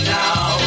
now